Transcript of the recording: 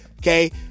Okay